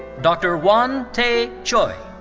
dr. won tae choi.